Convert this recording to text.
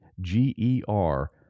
G-E-R